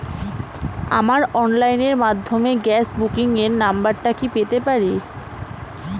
আমার অনলাইনের মাধ্যমে গ্যাস বুকিং এর নাম্বারটা কি পেতে পারি?